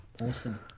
Awesome